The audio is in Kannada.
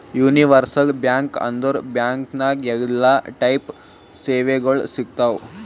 ಯೂನಿವರ್ಸಲ್ ಬ್ಯಾಂಕ್ ಅಂದುರ್ ಬ್ಯಾಂಕ್ ನಾಗ್ ಎಲ್ಲಾ ಟೈಪ್ ಸೇವೆಗೊಳ್ ಸಿಗ್ತಾವ್